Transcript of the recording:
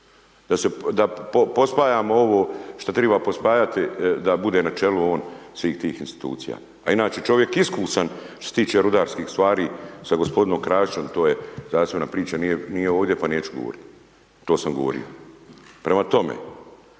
da pospajamo ovo što treba pospajati, da bude na čelu on svih tih institucija, a inače čovjek iskusan što se tiče rudarskih stvari sa .../Govornik se ne razumije./... to je znanstvena priča, nije ovdje pa neću govoriti. To sam govorio. Prema tome,